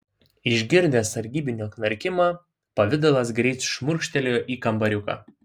išgirdęs sargybinio knarkimą pavidalas greit šmurkštelėjo į kambariuką